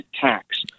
tax